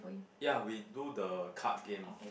ya we do the card game loh